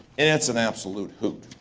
and it's an absolute hook.